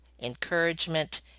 encouragement